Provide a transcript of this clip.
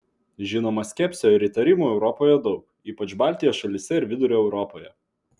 žinoma skepsio ir įtarimų europoje daug ypač baltijos šalyse ir vidurio europoje